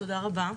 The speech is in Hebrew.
תודה רבה.